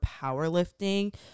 powerlifting